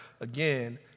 again